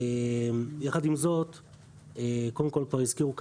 יחד עם זאת כפי שהזכירו,